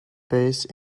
based